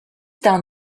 down